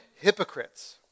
hypocrites